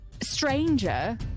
stranger